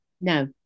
No